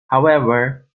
however